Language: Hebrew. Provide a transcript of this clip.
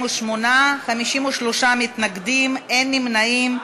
48, 53 מתנגדים, אין נמנעים.